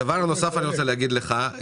דבר נוסף אני רוצה להגיד לך,